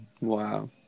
Wow